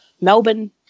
Melbourne